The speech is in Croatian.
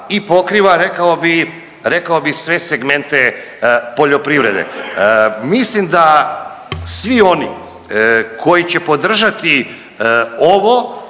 bi rekao bi, rekao bi sve segmente poljoprivrede. Mislim da svi oni koji će podržati ovo